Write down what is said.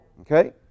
Okay